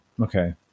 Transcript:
Okay